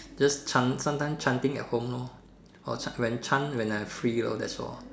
just chant sometimes chanting at home lor or when chant when I free lor that's all